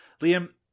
Liam